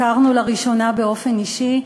הכרנו לראשונה באופן אישי,